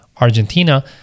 Argentina